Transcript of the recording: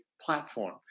platform